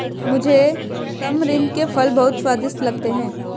मुझे तमरिंद के फल बहुत स्वादिष्ट लगते हैं